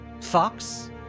Fox